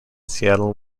seattle